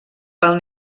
pel